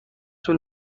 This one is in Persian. طول